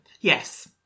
Yes